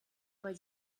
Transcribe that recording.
weil